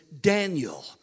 Daniel